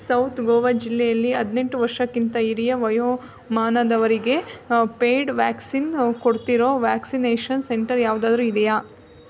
South Goa ಜಿಲ್ಲೆಯಲ್ಲಿ ಹದಿನೆಂಟು ವರ್ಷಕ್ಕಿಂತ ಹಿರಿಯ ವಯೋಮಾನದವರಿಗೆ ಪೇಯ್ಡ್ ವ್ಯಾಕ್ಸಿನ್ ಕೊಡ್ತಿರೋ ವ್ಯಾಕ್ಸಿನೇಷನ್ ಸೆಂಟರ್ ಯಾವುದಾದ್ರೂ ಇದೆಯಾ